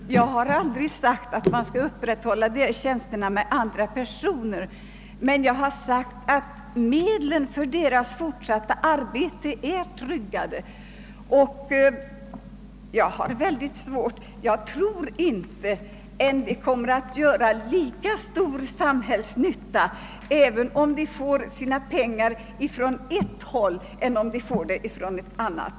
Herr talman! Jag har aldrig sagt att dessa tjänster skall upprätthållas med andra personer, utan jag har sagt att medlen för det fortsatta arbetet är tryggade. Jag tror att denna forskning gör lika stor samhällsnytta oavsett om pengarna kommer från det ena eller det andra hållet.